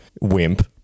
wimp